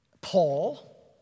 Paul